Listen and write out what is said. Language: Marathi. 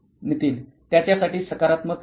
नितीन त्याच्यासाठी सकारात्मक निकाल